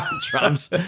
drums